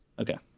okay